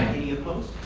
any opposed?